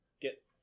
get